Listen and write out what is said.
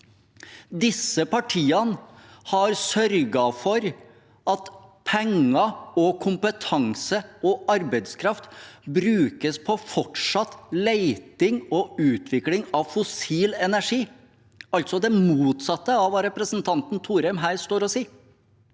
Disse partiene har sørget for at penger, kompetanse og arbeidskraft brukes på fortsatt leting og utvikling av fossil energi, altså det motsatte av hva representanten Thorheim her står og sier.